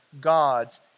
God's